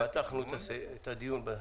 פתחנו את הדיון.